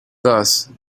thus